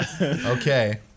Okay